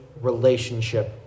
relationship